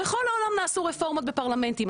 בכל העולם נעשו רפורמות בפרלמנטים,